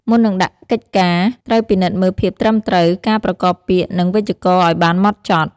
មុននឹងដាក់កិច្ចការ ត្រូវពិនិត្យមើលភាពត្រឹមត្រូវ ការប្រកបពាក្យ និងវេយ្យាករណ៍ឱ្យបានហ្មត់ចត់។